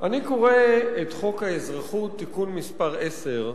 אני קורא את חוק האזרחות (תיקון מס' 10),